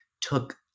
took